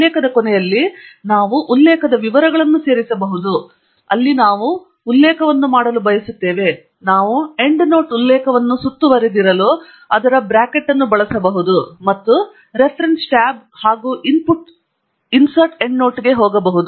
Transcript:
ಉಲ್ಲೇಖದ ಕೊನೆಯಲ್ಲಿ ನಾವು ಉಲ್ಲೇಖದ ವಿವರಗಳನ್ನು ಸೇರಿಸಬಹುದು ಅಲ್ಲಿ ನಾವು ಉಲ್ಲೇಖವನ್ನು ಮಾಡಲು ಬಯಸುತ್ತೇವೆ ನಾವು ಎಂಡ್ನೋಟ್ ಉಲ್ಲೇಖವನ್ನು ಸುತ್ತುವರೆದಿರಲು ಚದರ ಬ್ರಾಕೆಟ್ ಅನ್ನು ಬಳಸಬಹುದು ಮತ್ತು ನಾವು ರೆಫರೆನ್ಸ್ ಟ್ಯಾಬ್ ಮತ್ತು ಇನ್ಸರ್ಟ್ ಎಂಡ್ನೋಟ್ಗೆ ಹೋಗಬಹುದು